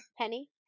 Penny